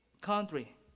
country